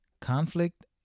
conflict